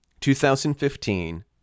2015